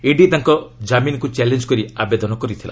ED ତାଙ୍କ ଜାମିନ୍କୁ challenge କରି ଆବେଦନ କରିଥିଲା